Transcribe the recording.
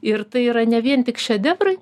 ir tai yra ne vien tik šedevrai